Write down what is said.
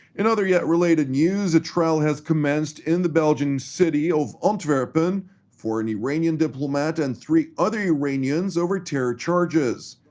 in other yet related news, a trial has commenced in the belgian city of antwerp for an iranian diplomat and three other iranians over terror charges.